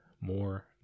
more